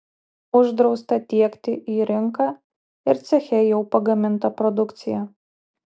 uždrausta tiekti į rinką ir ceche jau pagamintą produkciją